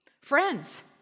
Friends